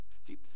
See